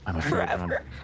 Forever